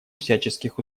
всяческих